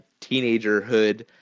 teenagerhood